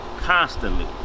Constantly